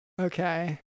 Okay